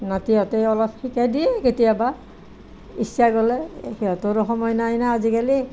নাতিহঁতে অলপ শিকাই দিয়ে কেতিয়াবা ইচ্ছা গ'লে সিহঁতৰো সময় নাই ন' আজিকালি